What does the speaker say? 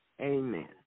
Amen